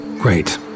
Great